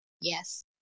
Yes